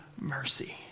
mercy